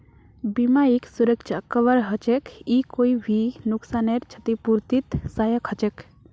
बीमा एक सुरक्षा कवर हछेक ई कोई भी नुकसानेर छतिपूर्तित सहायक हछेक